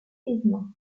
tourisme